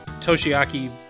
Toshiaki